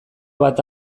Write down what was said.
bat